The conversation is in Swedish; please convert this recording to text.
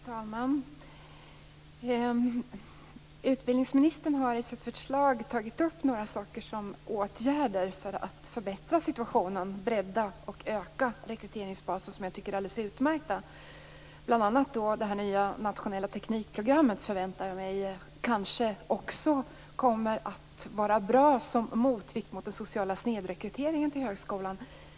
Fru talman! Utbildningsministern har i sitt svar tagit upp några åtgärder för att förbättra situationen, bredda och öka rekryteringsbasen som jag tycker är alldeles utmärkta. Bl.a. förväntar jag mig att det nya nationella teknikprogrammet kommer att vara bra som motvikt mot den sociala snedrekryteringen till högskolan.